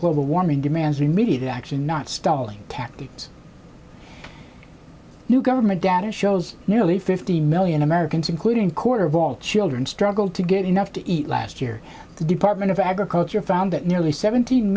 global warming demands we immediate action not stalling tactics new government data shows nearly fifty million americans including quarter of all children struggle to get enough to eat last year the department of agriculture found that nearly seventeen